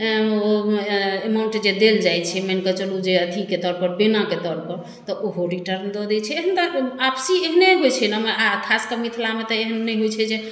ओ amount जे देल जाइ छै मानिके चलु जे अथीके तौरपर बेनाके तौरपर तऽ ओहो रिटर्न दऽ दै छै एहन बात आपसी एहने होइ छै ने हमरा आओर खास कऽ मिथिलामे तऽ एहन नहि होइ छै जे